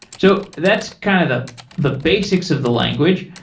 so that's kind of the the basics of the language.